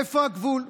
איפה הגבול?